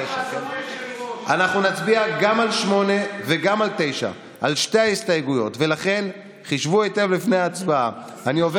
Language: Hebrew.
שמפקיעים עוד כמה זכויות אזרח אבל לא ברור